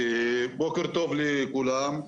בוקר טוב לכולם.